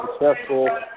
successful